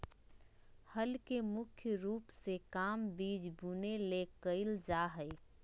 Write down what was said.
हल के मुख्य रूप से काम बिज बुने ले कयल जा हइ